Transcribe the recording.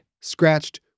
scratched